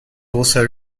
also